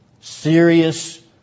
Serious